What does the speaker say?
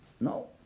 No